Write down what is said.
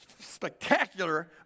spectacular